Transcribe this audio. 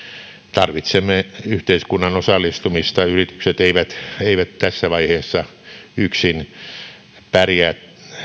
tarvitsemme yhteiskunnan osallistumista yritykset eivät eivät tässä vaiheessa yksin pärjää